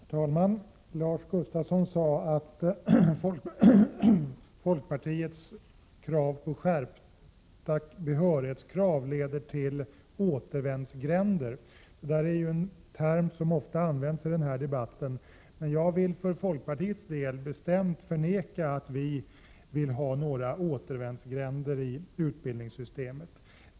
Herr talman! Lars Gustafsson sade att folkpartiets förslag om skärpta behörighetskrav leder till att det skapas återvändsgränder— en term som ofta används i den här debatten. För folkpartiets del förnekar jag bestämt att vi vill ha några återvändsgränder i utbildningssystemet.